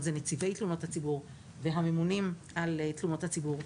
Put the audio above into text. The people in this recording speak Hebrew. ואלו הם נציבי תלונות הציבור והממונים על תלונות הציבור.